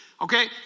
okay